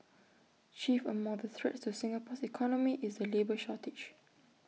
chief among the threats to Singapore's economy is the labour shortage